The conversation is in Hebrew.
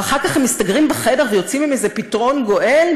ואחר כך הם מסתגרים בחדר ויוצאים עם איזה פתרון גואל,